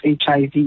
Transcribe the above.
HIV